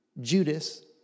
Judas